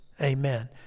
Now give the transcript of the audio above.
amen